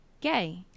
Gay